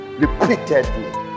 repeatedly